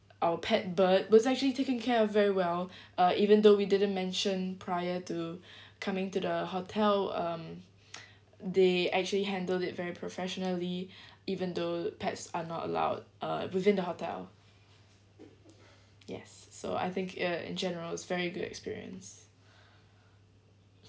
our pet bird was actually taken care of very well uh even though we didn't mention prior to coming to the hotel um they actually handled it very professionally even though pets are not allowed uh within the hotel yes so I think uh in general is very good experience